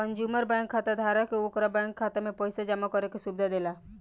consumer bank खाताधारक के ओकरा बैंक खाता में पइसा जामा करे के सुविधा देला